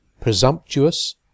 presumptuous